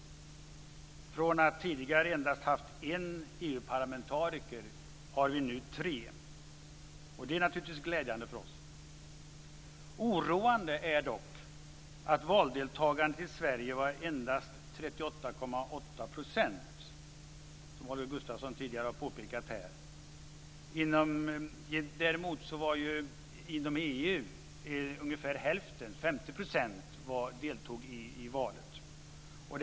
Från att tidigare haft endast en EU parlamentariker har vi nu tre, och det är naturligtvis glädjande för oss. Oroande är dock att valdeltagandet i Sverige endast var 38,8 %, något som Holger Gustafsson tidigare har påpekat. Inom hela EU deltog däremot ungefär 50 % i valet.